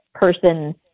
person